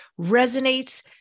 resonates